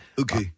okay